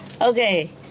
Okay